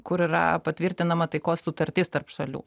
kur yra patvirtinama taikos sutartis tarp šalių